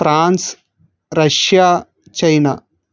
France Russia China